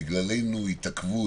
בגללנו התעכבו,